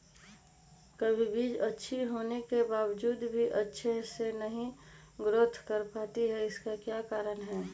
कभी बीज अच्छी होने के बावजूद भी अच्छे से नहीं ग्रोथ कर पाती इसका क्या कारण है?